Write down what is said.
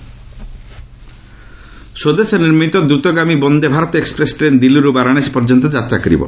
ଗୋଏଲ୍ ସ୍ୱଦେଶ ନିର୍ମିତ ଦ୍ରୁତଗାମୀ ବନ୍ଦେ ଭାରତ ଏକ୍ୱପ୍ରେସ୍ ଟ୍ରେନ୍ ଦିଲ୍ଲୀରୁ ବାରାଣାସୀ ପର୍ଯ୍ୟନ୍ତ ଯାତ୍ରା କରିବ